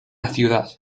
ciudad